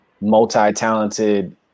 multi-talented